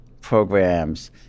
programs